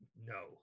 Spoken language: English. No